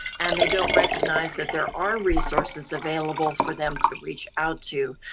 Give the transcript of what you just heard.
and they don't recognize that there are resources available for them to reach out to.